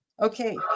Okay